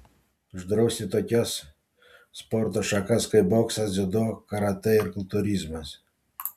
uždrausti tokias sporto šakas kaip boksas dziudo karatė ir kultūrizmas